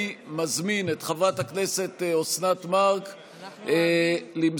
אני קובע שהצעת חוק הסמכת שירות הביטחון הכללי לסייע